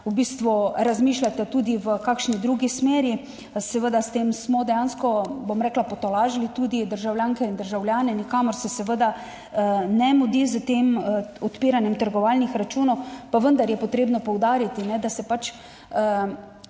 v bistvu razmišljate tudi v kakšni drugi smeri. Seveda smo s tem dejansko, bom rekla, potolažili tudi državljanke in državljane, nikamor se seveda ne mudi s tem odpiranjem trgovalnih računov. Pa vendar je potrebno poudariti, da se pač